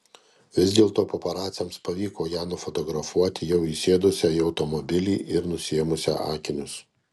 vis dėlto paparaciams pavyko ją nufotografuoti jau įsėdusią į automobilį ir nusiėmusią akinius